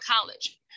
college